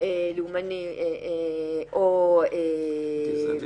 לאומני או --- גזעני?